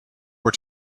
were